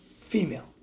female